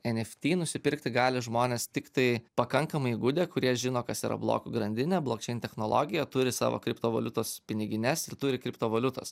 eft nusipirkti gali žmonės tiktai pakankamai įgudę kurie žino kas yra blokų grandinė blokčien technologija turi savo kriptovaliutos pinigines ir turi kriptovaliutos